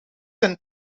ten